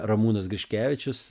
ramūnas griškevičius